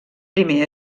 primer